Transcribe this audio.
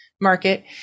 market